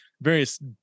various